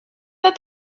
pas